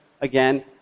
again